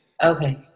Okay